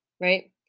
right